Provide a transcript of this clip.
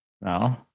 No